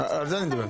צודק.